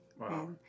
Wow